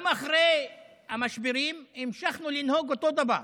גם אחרי המשברים המשכנו לנהוג אותו דבר.